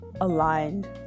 aligned